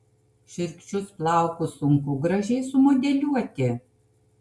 šiurkščius plaukus sunku gražiai sumodeliuoti